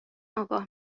آگاه